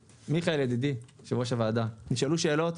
אדוני היושב-ראש, נשאלו פה שאלות.